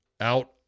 Out